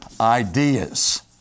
ideas